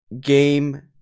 Game